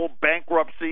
bankruptcy